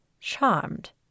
Charmed